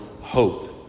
hope